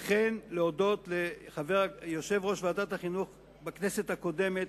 וכן להודות ליושב-ראש ועדת החינוך בכנסת הקודמת,